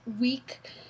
week